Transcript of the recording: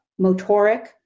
motoric